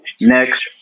Next